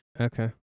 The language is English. Okay